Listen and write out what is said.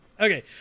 Okay